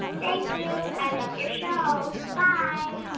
thank you, i love your show. bye